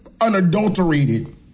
unadulterated